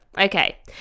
okay